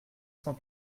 cent